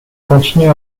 continue